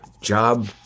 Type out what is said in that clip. job